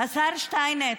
השר שטייניץ,